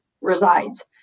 resides